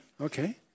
Okay